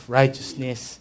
righteousness